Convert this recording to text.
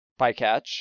bycatch